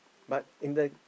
but in the